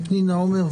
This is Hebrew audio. פנינה עומר,